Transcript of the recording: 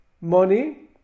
money